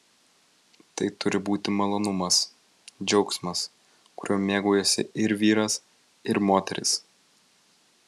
tai turi būti malonumas džiaugsmas kuriuo mėgaujasi ir vyras ir moteris